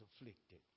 afflicted